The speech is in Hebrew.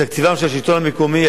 תקציבו של השלטון המקומי,